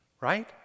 Right